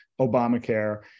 Obamacare